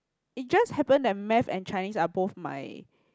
it just happen that math and Chinese are both my